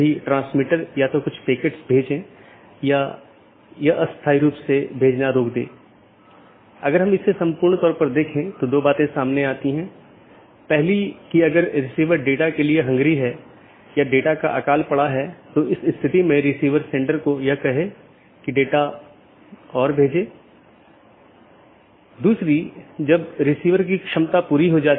यदि हम पूरे इंटरनेट या नेटवर्क के नेटवर्क को देखते हैं तो किसी भी सूचना को आगे बढ़ाने के लिए या किसी एक सिस्टम या एक नेटवर्क से दूसरे नेटवर्क पर भेजने के लिए इसे कई नेटवर्क और ऑटॉनमस सिस्टमों से गुजरना होगा